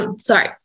Sorry